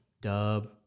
Dub